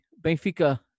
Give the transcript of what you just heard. Benfica